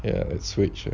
ya let's switch